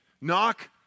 knock